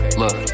look